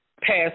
passed